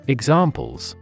Examples